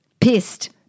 Pissed